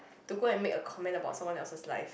to go and make a comment about someone else's life